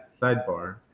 sidebar